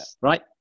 Right